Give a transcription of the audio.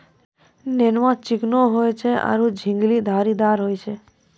नेनुआ चिकनो होय छै आरो झिंगली धारीदार होय छै